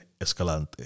Escalante